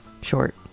short